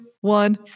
one